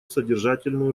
содержательную